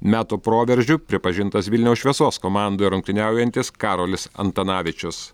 metų proveržiu pripažintas vilniaus šviesos komandoje rungtyniaujantis karolis antanavičius